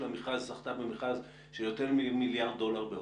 זכתה במכרז של יותר ממיליארד דולר בהודו.